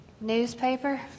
Newspaper